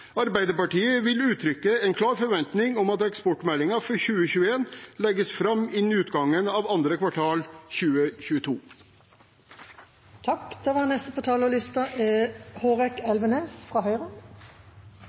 Arbeiderpartiet vil uttrykke en klar forventning om at eksportmeldingen for 2021 legges fram innen utgangen av andre kvartal 2022. Vår forsvarsindustri er en viktig del av norsk forsvars- og sikkerhetspolitikk. Norsk forsvarsindustri er